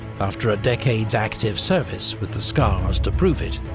after a decade's active service with the scars to prove it.